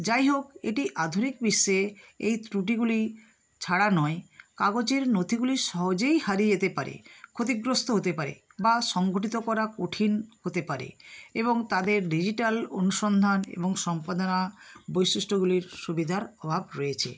যাই হোক এটি আধুনিক বিশ্বে এই ত্রুটিগুলি ছাড়া নয় কাগজের নথিগুলি সহজেই হারিয়ে যেতে পারে ক্ষতিগ্রস্ত হতে পারে বা সংগঠিত করা কঠিন হতে পারে এবং তাদের ডিজিটাল অনুসন্ধান এবং সম্পাদনা বৈশিষ্ট্যগুলির সুবিধার অভাব রয়েছে